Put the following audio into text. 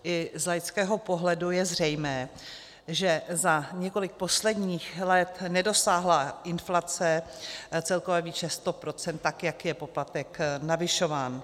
I z laického pohledu je zřejmé, že za několik posledních let nedosáhla inflace celkové výše sto procent, tak jak je poplatek navyšován.